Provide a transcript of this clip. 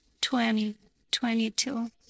2022